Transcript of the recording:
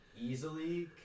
Easily